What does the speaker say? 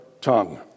tongue